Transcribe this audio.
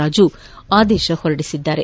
ರಾಜು ಆದೇಶ ಹೊರಡಿಸಿದ್ದಾರೆ